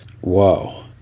Whoa